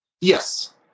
Yes